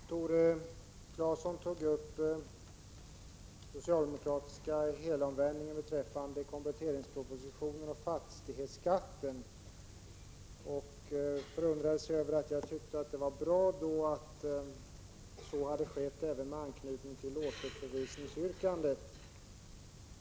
Herr talman! Tore Claeson tog upp den socialdemokratiska helomvändningen beträffande kompletteringspropositionen och fastighetsskatten och förundrade sig över att jag tyckte att det var bra att den hade skett, även med anknytning till återförvisningsyrkandet.